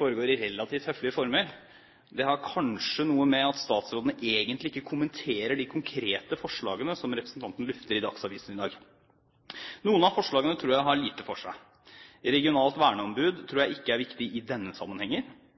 foregår i relativt høflige former. Det har kanskje noe med at statsråden egentlig ikke kommenterer de konkrete forslagene som representanten lufter i Dagsavisen i dag. Noen av forslagene tror jeg har lite for seg. Regionalt verneombud tror jeg ikke er viktig i denne